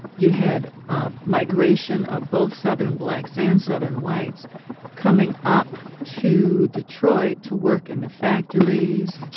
you had ah migration of both southern blacks and southern whites coming up to detroit to work in the factories.